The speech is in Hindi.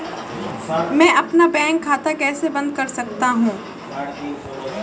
मैं अपना बैंक खाता कैसे बंद कर सकता हूँ?